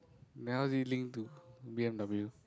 then how do you link to B_M_W